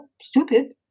stupid